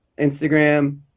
Instagram